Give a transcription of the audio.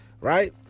right